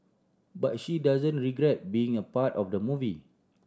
but she doesn't regret being a part of the movie